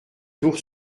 ours